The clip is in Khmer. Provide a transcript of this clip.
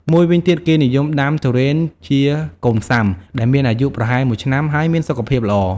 មួយវិញទៀតគេនិយមដាំទុរេនជា កូនផ្សាំ ដែលមានអាយុប្រហែល ១ ឆ្នាំ ហើយមានសុខភាពល្អ។